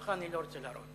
לך אני לא רוצה להראות.